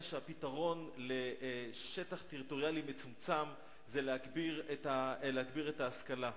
שהפתרון לשטח טריטוריאלי מצומצם זה להגביר את ההשכלה.